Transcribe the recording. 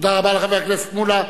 תודה רבה לחבר הכנסת מולה.